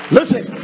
Listen